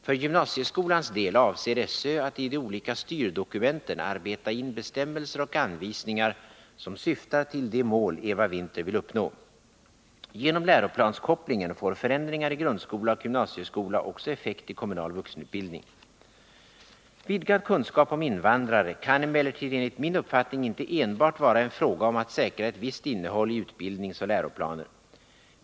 För gymnasieskolans del avser SÖ att i de olika styrdokumenten arbeta in bestämmelser och anvisningar som syftar till de mål Eva Winther vill uppnå. Genom läroplanskopplingen får förändringar i grundskola och gymnasieskola också effekt i kommunal vuxenutbildning. Vidgad kunskap om invandrare kan emellertid enligt min uppfattning inte enbart vara en fråga om att säkra ett visst innehåll i utbildningsoch läroplaner.